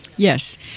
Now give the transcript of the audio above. Yes